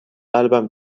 قلبم